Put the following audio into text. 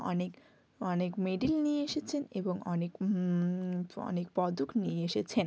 অনেক অনেক মেডেল নিয়ে এসেছেন এবং অনেক অনেক পদক নিয়ে এসেছেন